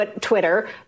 Twitter